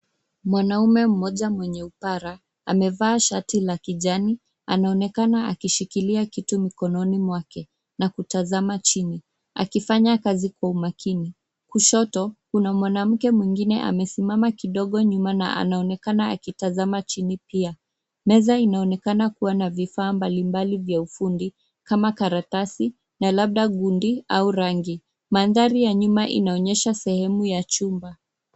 Mwanaume mmoja mwenye upara amevaa shati la kijani anaonekana akishikilia kitu mikononi mwake na kutazama chini akifanya kazi kwa umakini ,kushoto kuna mwanamke mwingine amesimama kidogo nyuma na anaonekana akitazama chini pia, meza inaonekana kuwa na vifaa mbalimbali vya ufundi kama karatasi na labda gundi au rangi mandhari ya nyuma inaonyesha sehemu ya chumba.